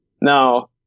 Now